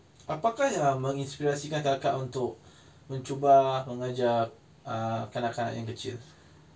apakah yang menginspirasikan kakak untuk mencuba mengajar uh kanak-kanak yang kecil